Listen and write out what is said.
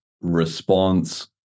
Response